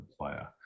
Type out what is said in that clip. player